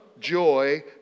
joy